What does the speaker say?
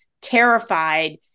terrified